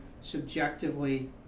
subjectively